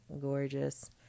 gorgeous